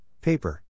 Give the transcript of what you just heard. paper